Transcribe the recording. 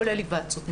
כולל היוועצות משפטית,